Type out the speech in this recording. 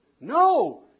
No